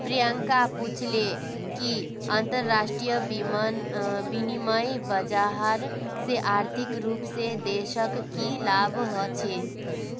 प्रियंका पूछले कि अंतरराष्ट्रीय विनिमय बाजार से आर्थिक रूप से देशक की लाभ ह छे